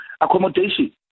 accommodation